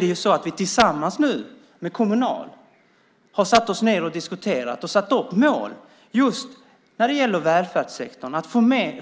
Därutöver har vi satt oss och ned och diskuterat med Kommunal. Vi har satt upp mål när det gäller välfärdssektorn för att